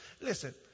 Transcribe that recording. Listen